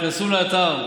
תיכנסו לאתר,